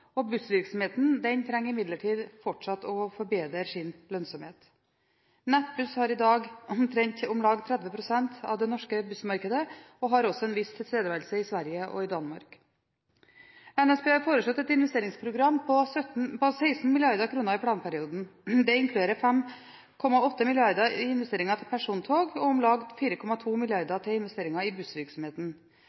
2012. Bussvirksomheten trenger imidlertid fortsatt å forbedre sin lønnsomhet. Nettbuss har i dag om lag 30 pst. av det norske bussmarkedet, og har også en viss tilstedeværelse i Sverige og Danmark. NSB har foreslått et investeringsprogram på 16 mrd. kr i planperioden. Det inkluderer 5,8 mrd. kr i investeringer til persontog, om lag 4,2 mrd. kr i investeringer i bussvirksomheten